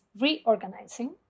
reorganizing